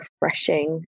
refreshing